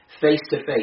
face-to-face